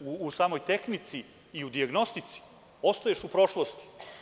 u samoj tehnici i u dijagnostici ostaješ u prošlosti.